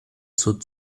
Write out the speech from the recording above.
zur